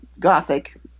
Gothic